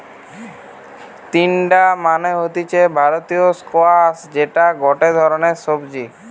তিনডা মানে হতিছে ভারতীয় স্কোয়াশ যেটা গটে ধরণের সবজি